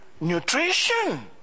nutrition